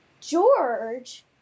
George